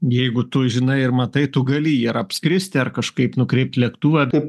jeigu tu žinai ir matai tu gali jį ar apskristi ar kažkaip nukreipt lėktuvą